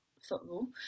football